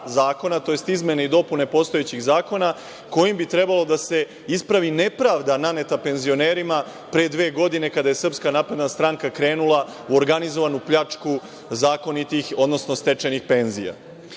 tj. izmene i dopune postojećih zakona, kojim bi trebalo da se ispravi nepravda naneta penzionerima pre dve godine, kada je SNS krenula u organizovanu pljačku zakonitih, odnosno stečenih penzija.U